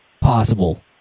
possible